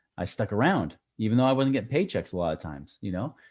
i stuck around, even though i wasn't get paychecks a lot of times, you know,